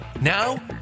Now